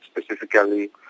specifically